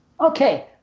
Okay